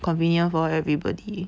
convenient for everybody